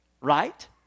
Right